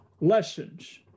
lessons